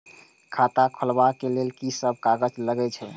खाता खोलाअब में की सब कागज लगे छै?